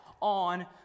on